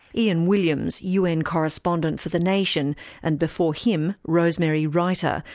ian williams, un correspondent for the nation and before him, rosemary righter,